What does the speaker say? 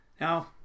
Now